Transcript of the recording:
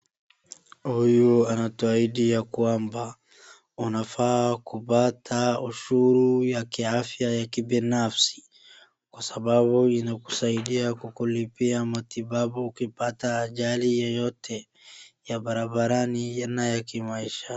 Huyu anatuahidi ya kwamba unafaa kupata ushuru ya kiafya ya kibinafsi, kwa sababu inakusaidia kukulipia matibabu ukipata ajali yoyote ya barabarani anaye kimaisha.